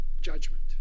judgment